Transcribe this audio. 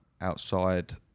outside